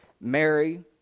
Mary